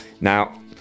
Now